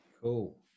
Cool